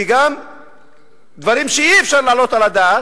וגם דברים שאי-אפשר להעלות על הדעת,